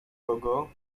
kogo